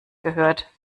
gehört